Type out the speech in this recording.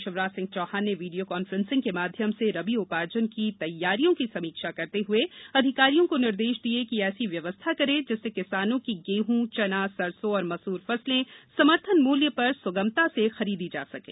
मुख्यमंत्री शिवराज सिंह चौहान ने video conference के माध्यम से रबी उपार्जन की तैयारियों की समीक्षा करते हुए अधिकारियों को निर्देश दिये कि ऐसी व्यवस्था करें जिससे किसानों की गेहुं चना सरसों और मसूर फसलें समर्थन मूल्य पर सुगमता से खरीदी जा सकें